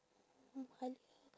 hmm Halia